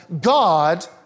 God